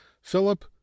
philip